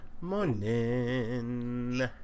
morning